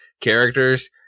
characters